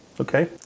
Okay